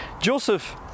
Joseph